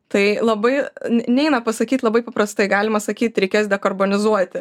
tai labai n neina pasakyt labai paprastai galima sakyt reikės dekorbanizuoti